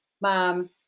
mom